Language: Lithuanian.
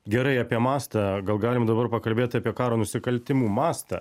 gerai apie mastą gal galim dabar pakalbėti apie karo nusikaltimų mastą